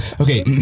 okay